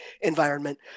environment